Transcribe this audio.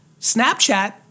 Snapchat